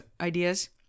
ideas